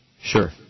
Sure